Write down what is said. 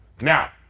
Now